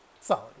solid